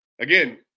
Again